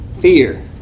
fear